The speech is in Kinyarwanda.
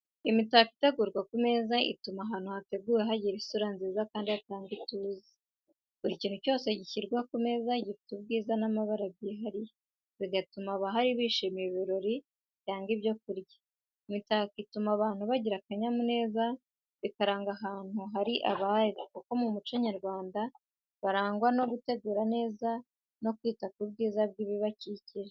Imitako itegurwa ku meza, ituma ahantu yateguwe hagira isura nziza kandi hatanga ituze. Buri kintu cyose gishyirwa ku meza gifite ubwiza n’amabara byihariye, bigatuma abahari bishimira ibirori cyangwa ibyo kurya. Imitako ituma abantu bagira akanyamuneza, bikaranga ahantu hari abari, kuko mu muco nyarwanda barangwa no gutegura neza no kwita ku bwiza bw’ibibakikije.